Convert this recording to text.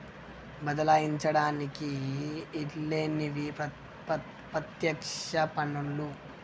బదలాయించడానికి ఈల్లేనివి పత్యక్ష పన్నులు